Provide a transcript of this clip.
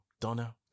Donna